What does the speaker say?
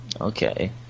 Okay